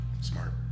Smart